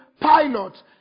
pilot